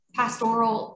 pastoral